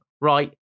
Right